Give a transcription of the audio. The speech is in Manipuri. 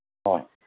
ꯍꯣꯏ